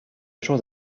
chose